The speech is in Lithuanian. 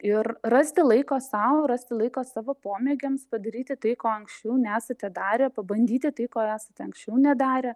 ir rasti laiko sau rasti laiko savo pomėgiams padaryti tai ko anksčiau nesate darę pabandyti tai ko esate anksčiau nedarę